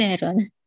meron